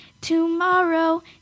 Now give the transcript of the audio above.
tomorrow